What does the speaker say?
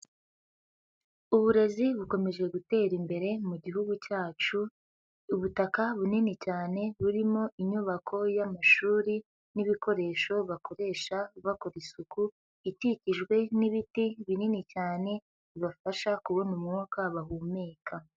Uburezi bukomeje gutera imbere mu gihugu cyacu, ubutaka bunini cyane burimo inyubako y'amashuri n'ibikoresho bakoresha bakora isuku, ikikijwe n'ibiti binini cyane bibafasha kubona umwuka bahumeka.